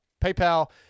PayPal